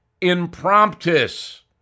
impromptus